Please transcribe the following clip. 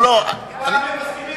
פעם אלה לא מסכימים,